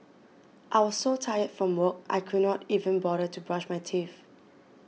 I was so tired from work I could not even bother to brush my teeth